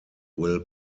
will